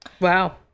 Wow